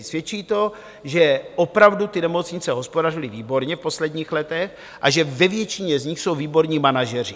Svědčí to, že opravdu ty nemocnice hospodařily výborně v posledních letech a že ve většině z nich jsou výborní manažeři.